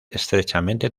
estrechamente